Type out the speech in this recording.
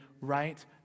right